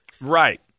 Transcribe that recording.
Right